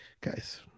Guys